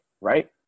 right